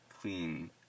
clean